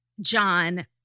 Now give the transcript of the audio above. John